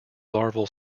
larval